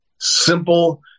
simple